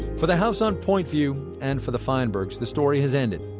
for the house on point view and for the feinbergs, the story has ended,